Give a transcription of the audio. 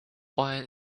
point